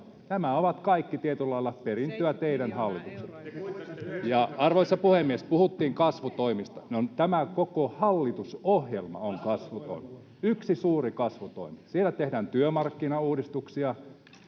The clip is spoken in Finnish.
nämä ovat kaikki tietyllä lailla perintöä teidän hallitukselta. Arvoisa puhemies! Puhuttiin kasvutoimista. Tämä koko hallitusohjelma on kasvutoimi, yksi suuri kasvutoimi. Siellä tehdään työmarkkinauudistuksia